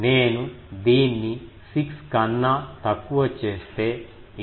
నేను దీన్ని 6 కన్నా తక్కువ చేస్తే ఇది 8